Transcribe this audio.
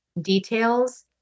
details